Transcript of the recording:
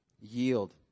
Yield